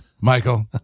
Michael